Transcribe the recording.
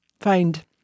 find